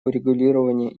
урегулировании